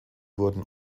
wurden